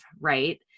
right